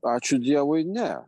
ačiū dievui ne